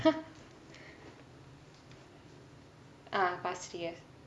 ah past three years